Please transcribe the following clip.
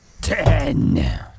Ten